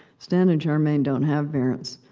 stan and charmaine don't have parents,